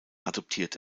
adoptiert